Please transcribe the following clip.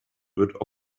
wird